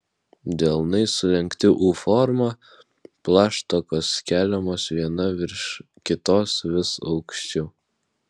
delnai sulenkti u forma plaštakos keliamos viena virš kitos vis aukščiau